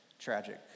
tragic